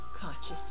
consciousness